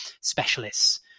specialists